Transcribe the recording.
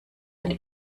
eine